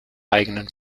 eigenen